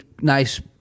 nice